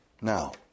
Now